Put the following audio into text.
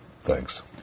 thanks